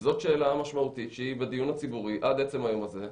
זאת שאלה משמעותית שהיא בדיון הציבורי עד עצם היום הזה.